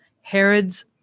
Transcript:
Herod's